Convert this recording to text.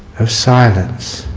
of silence.